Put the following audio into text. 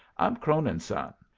i'm cronin's son.